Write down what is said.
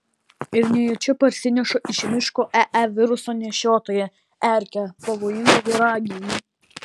ir nejučia parsineša iš miško ee viruso nešiotoją erkę pavojingą voragyvį